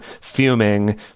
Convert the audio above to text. fuming